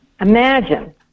imagine